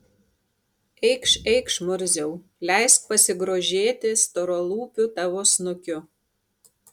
eikš eikš murziau leisk pasigrožėti storalūpiu tavo snukiu